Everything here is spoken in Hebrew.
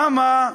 למה?